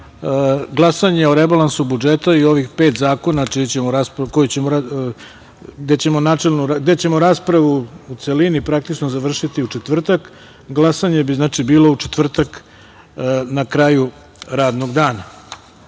glasanje o rebalansu budžeta i ovih pet zakona, gde ćemo raspravu u celini praktično završiti u četvrtak, glasanje bi bilo u četvrtak na kraju radnog dana. To